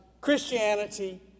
Christianity